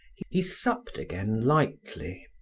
he supped again lightly.